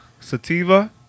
sativa